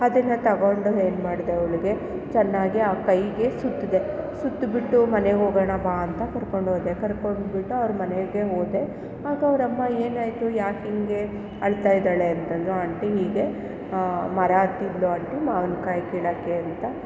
ಅದನ್ನು ತಗೊಂಡು ಏನು ಮಾಡಿದೆ ಅವಳಿಗೆ ಚೆನ್ನಾಗಿ ಆ ಕೈಗೆ ಸುತ್ತಿದೆ ಸುತ್ತಿ ಬಿಟ್ಟು ಮನೆಗೆ ಹೋಗೋಣ ಬಾ ಅಂತ ಕರ್ಕೊಂಡು ಹೋದೆ ಕರ್ಕೊಂಡು ಹೋಗಿಬಿಟ್ಟು ಅವ್ರ ಮನೆಗೆ ಹೋದೆ ಆಗ ಅವರಮ್ಮ ಏನಾಯಿತು ಯಾಕೆ ಹೀಗೆ ಅಳ್ತಾ ಇದ್ದಾಳೆ ಅಂತ ಅಂದ್ರು ಆಂಟಿ ಹೀಗೆ ಮರ ಹತ್ತಿದ್ದಳು ಆಂಟಿ ಮಾವಿನ ಕಾಯಿ ಕೀಳೋಕ್ಕೆ ಅಂತ